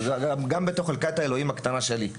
גם בתוך חלקת האלוהים הקטנה שלי.